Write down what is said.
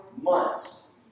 months